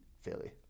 Philly